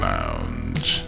Lounge